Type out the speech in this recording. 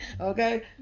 okay